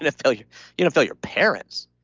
and fail your you know fail your parents.